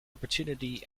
opportunity